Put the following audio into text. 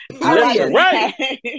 Right